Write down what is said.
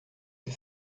que